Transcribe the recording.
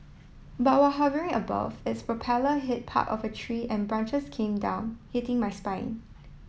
but while hovering above its propeller hit part of a tree and branches came down hitting my spine